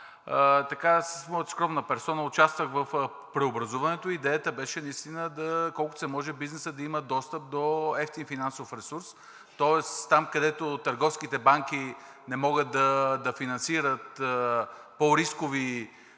и с моята скромна персона участвах в преобразуването и идеята беше наистина колкото се може бизнесът да има достъп до евтин финансов ресурс, тоест там, където търговските банки не могат да финансират по-рискови